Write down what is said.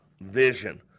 vision